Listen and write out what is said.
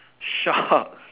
shark